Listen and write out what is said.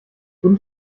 guten